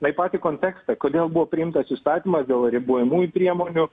bei patį kontekstą kodėl buvo priimtas įstatymas dėl ribojamųjų priemonių